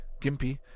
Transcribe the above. Gimpy